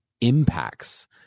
impacts